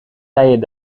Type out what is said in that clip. leien